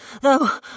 though